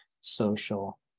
social